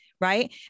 right